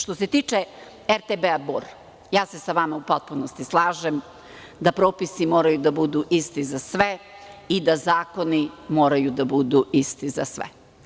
Što se tiče RTB "Bor", sa vama se u potpunosti slažem da propisi moraju da budu isti za sve i da zakoni moraju da budu isti za sve.